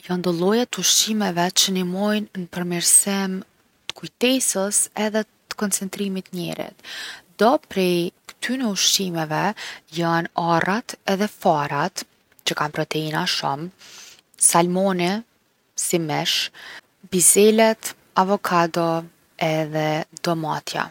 Jon do lloje t’ushqimeve që nimojn’ n’përmirsim t’kujtesës edhe t’koncetrimit t’njerit. Do prej ktyne ushqimeve jon arrat edhe farat që kan proteina shumë. Salmoni si mish. Bizelet, avokado edhe domatja.